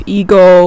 ego